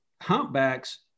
humpbacks